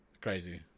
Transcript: Crazy